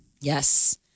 Yes